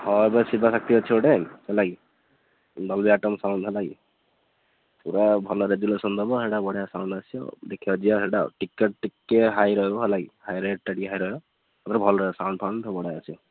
ହଁ ଏବେ ଶିବଶକ୍ତି ଅଛି ଗୋଟେ ହେଲାକି ହେଲାକି ପୁରା ଭଲ ରେଜୁଲେସନ୍ ଦେବ ହେଟା ବଢ଼ିଆ ସାଉଣ୍ଡ୍ ଆସିବ ଦେଖିବା ଯିବା ସେଇଟା ଟିକେଟ୍ ଟିକେ ହାଇ ରହିବ ହେଲାକି ହାଇ ରେଟ୍ଟା ଟିକେ ହାଇ ରହିବ ରହିବ ସାଉଣ୍ଡ୍ ଫାଉଣ୍ଡ୍ ସବୁ ବଢ଼ିଆ ଅଛି